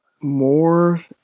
more